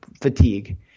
fatigue